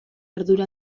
ardura